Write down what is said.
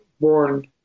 Born